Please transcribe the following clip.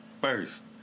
first